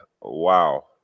Wow